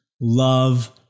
love